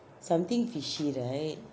something fishy right